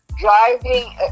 driving